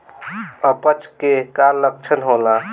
अपच के का लक्षण होला?